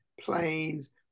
planes